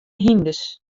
hynders